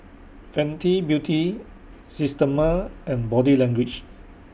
Fenty Beauty Systema and Body Language